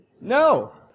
No